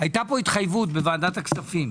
הייתה פה התחייבות בוועדת הכספים.